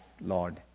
Lord